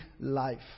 Life